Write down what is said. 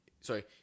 sorry